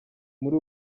muri